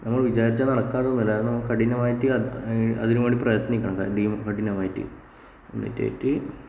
നമ്മള് വിചാരിച്ചാൽ നടക്കാത്ത ഒന്നുമില്ല നമ്മൾ അത് കഠിനമായിട്ട് അതിനുവേണ്ടി പ്രയത്നിക്കണം കഠിന കഠിനമായിട്ട് എന്നിട്ട്